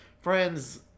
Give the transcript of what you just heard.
friend's